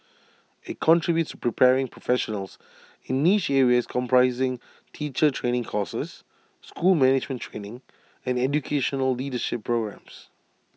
IT contributes preparing professionals in niche areas comprising teacher training courses school management training and educational leadership programmes